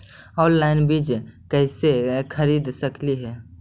Online बीज कईसे खरीद सकली हे?